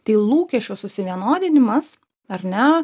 tai lūkesčių suvienodinimas ar ne